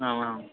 आम् आम्